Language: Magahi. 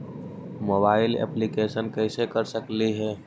मोबाईल येपलीकेसन कैसे कर सकेली?